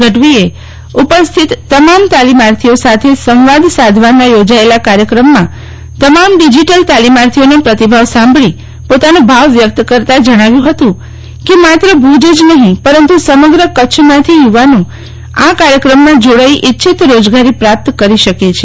ગઢવીએ ઉપસ્થિત તમામ તાલીમાર્થીઓ સાથે સંવાદસાધવાના યોજાયેલા કાર્યક્રમમાં તમામ ડીઝીટલ તાલીમાર્થીઓનો પ્રતિભાવ સાંભળી પોતાનો ભાવ વ્યક્તકરતા જણાવ્યું હતું કે માત્ર ભુજ જ નહિ પરંતુ સમગ્ર કચ્છમાંથી યુવાનો આ કાર્યક્રમમાં જોડાઈ ઈચ્છિતરોજગારી પ્રાપ્ત કરી શકે છે